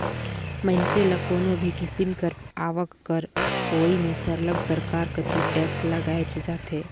मइनसे ल कोनो भी किसिम कर आवक कर होवई में सरलग सरकार कती टेक्स लगाएच जाथे